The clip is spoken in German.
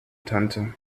tante